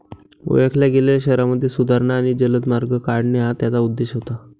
ओळखल्या गेलेल्या शहरांमध्ये सुधारणा आणि जलद मार्ग काढणे हा त्याचा उद्देश होता